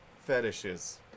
fetishes